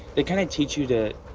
they kind of teach you to.